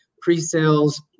pre-sales